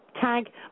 tag